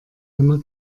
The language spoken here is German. einer